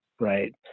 right